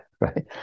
right